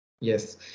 Yes